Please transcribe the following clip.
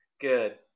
Good